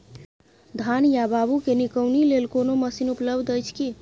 धान या बाबू के निकौनी लेल कोनो मसीन उपलब्ध अछि की?